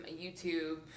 YouTube